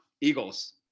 Eagles